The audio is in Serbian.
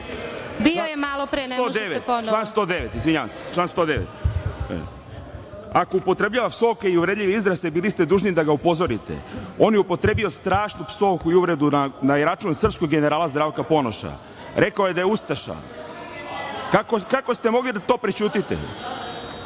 Bio je malopre, ne možete ponovo. **Slobodan Ilić** Član 109. Izvinjavam se. Ako upotrebljava psovke i uvredljive izraze, bili ste dužni da ga upozorite. On je upotrebio strašnu psovku i uvredu na račun srpskog generala Zdravka Ponoša. Rekao je da je ustaša. Kako ste mogli da to prećutite?